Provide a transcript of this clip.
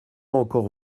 encore